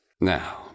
Now